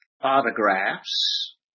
autographs